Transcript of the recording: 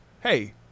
hey